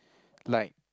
like